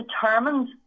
determined